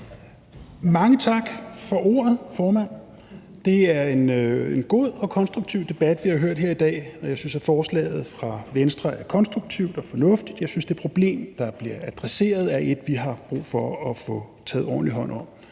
Mange tak for ordet, formand. Det er en god og konstruktiv debat, vi har hørt her i dag. Jeg synes, at forslaget fra Venstre er konstruktivt og fornuftigt. Jeg synes, at det problem, der bliver adresseret, er et, vi har brug for at få taget ordentlig hånd om.